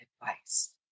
advice